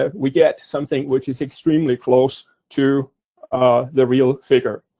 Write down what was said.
ah we get something which is extremely close to the real figure.